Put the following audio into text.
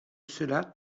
cela